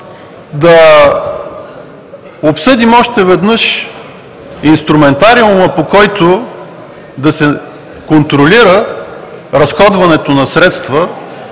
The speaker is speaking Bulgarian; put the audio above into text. да обсъдим още веднъж инструментариума, по който да се контролира разходването на средства.